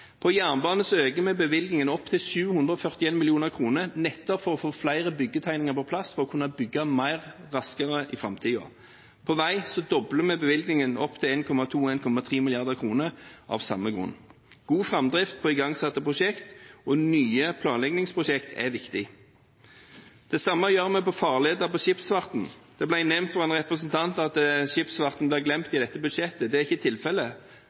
øker vi bevilgningene opp til 741 mill. kr, nettopp for å få flere byggetegninger på plass for å kunne bygge mer og raskere i framtiden. Når det gjelder vei, dobler vi bevilgningen, opp til 1,2–1,3 mrd. kr, av samme grunn. God framdrift på igangsatte prosjekter og nye planleggingsprosjekter er viktig. Det samme gjør vi når det gjelder farleder for skipsfarten. Det ble nevnt av en representant at skipsfarten har blitt glemt i dette budsjettet. Det er ikke tilfellet.